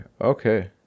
Okay